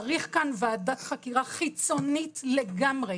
צריך כאן ועדת חקירה חיצונית לגמרי.